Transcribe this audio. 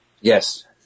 Yes